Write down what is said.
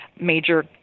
major